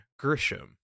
Grisham